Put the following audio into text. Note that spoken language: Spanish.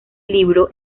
libro